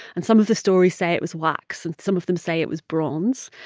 and some of the stories say it was wax, and some of them say it was bronze.